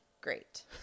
Great